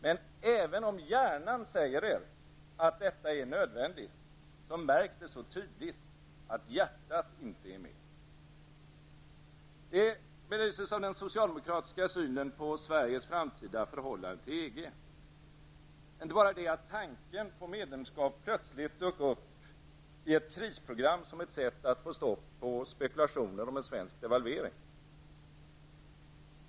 Men även om hjärnan säger er att detta är nödvändigt, märks det så tydligt att hjärtat inte är med. Detta belyses av den socialdemokratiska synen på Sveriges framtida förhållande till EG. Det är inte bara det att tanken på medlemskap plötsligt dök upp i ett krisprogram som ett sätt att få stopp på spekulationer om en svensk devalvering.